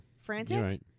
frantic